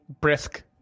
brisk